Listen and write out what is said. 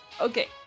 okay